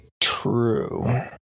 True